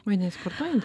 jinai sportuojanti